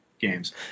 games